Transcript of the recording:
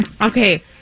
Okay